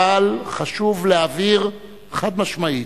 אבל חשוב להבהיר חד-משמעית: